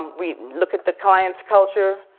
we look at the client's culture,